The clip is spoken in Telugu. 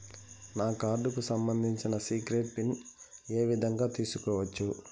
నా కార్డుకు సంబంధించిన సీక్రెట్ పిన్ ఏ విధంగా తీసుకోవచ్చు?